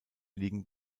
liegen